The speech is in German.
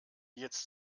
jetzt